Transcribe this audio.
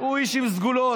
הוא איש עם סגולות.